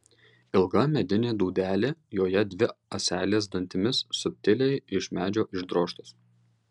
ilga medinė dūdelė joje dvi ąselės dantims subtiliai iš medžio išdrožtos